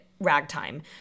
Ragtime